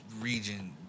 region